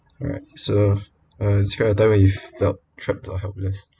alright so uh describe a time when you felt trapped or helpless